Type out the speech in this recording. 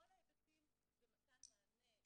כל ההיבטים ומתן מענה לאירועים,